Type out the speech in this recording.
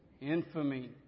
infamy